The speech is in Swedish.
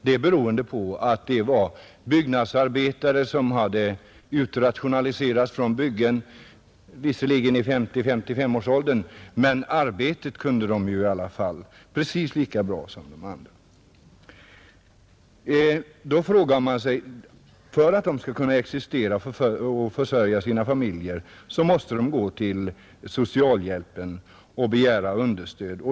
Det berodde på att de var byggnadsarbetare som hade utrationaliserats från byggen. De var visserligen i 50—S5S-årsåldern, men arbetet kunde de i alla fall precis lika bra som de andra, För att de skall kunna existera och försörja sina familjer måste de gå till socialhjälpen och begära understöd.